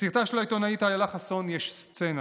בסרטה של העיתונאית אילה חסון יש סצנה